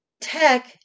Tech